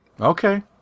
Okay